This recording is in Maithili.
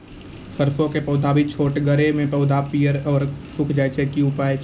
सरसों के पौधा भी छोटगरे मे पौधा पीयर भो कऽ सूख जाय छै, की उपाय छियै?